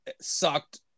sucked